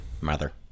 Mother